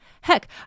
Heck